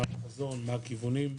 מה החזון, מה הכיוונים,